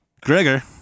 Gregor